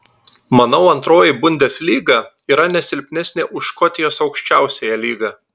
manau antroji bundeslyga yra ne silpnesnė už škotijos aukščiausiąją lygą